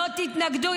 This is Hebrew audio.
לא תתנגדו.